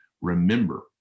Remember